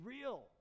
real